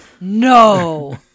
No